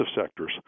sectors